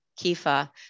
Kifa